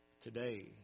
Today